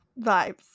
vibes